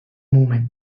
moment